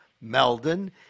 Meldon